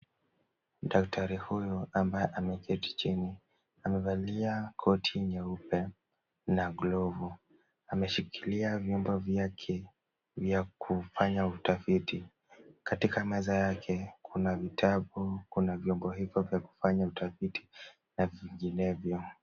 Daktari huyu ambaye ameketi chini, amevalia koti nyeupe na glovu. Ameshikilia vyombo vyake vya kufanya utafiti. Katika meza yake, kuna vitabu, kuna vyombo hivyo vya kufanya utafiti na vinginevyo.